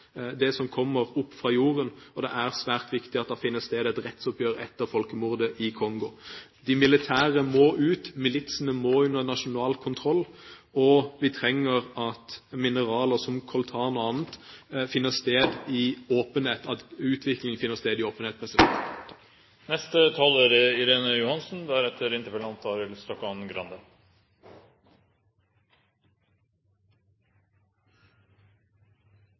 det som kommer opp fra jorden, blir skattlagt. Det er svært viktig at det finner sted et rettsoppgjør etter folkemordet i Kongo, og de militære må ut, militsene må under nasjonal kontroll. Utviklingen av mineraler som coltan og andre må finne sted i åpenhet. Jeg vil berømme interpellanten for å ta opp dette viktige temaet. Vi var sammen som delegater til FNs hovedforsamling i